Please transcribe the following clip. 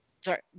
Sorry